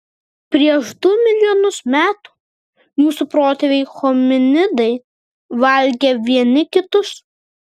prieš du milijonus metų jūsų protėviai hominidai valgė vieni kitus